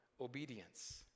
obedience